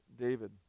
David